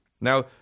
Now